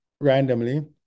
randomly